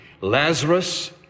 Lazarus